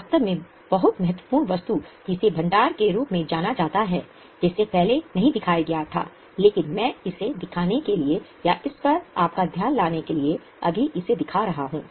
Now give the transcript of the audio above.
वास्तव में बहुत महत्वपूर्ण वस्तु जिसे भंडार के रूप में जाना जाता है जिसे पहले नहीं दिखाया गया था लेकिन मैं इसे दिखाने के लिए या इस पर आपका ध्यान लाने के लिए अभी इसे दिखा रहा हूं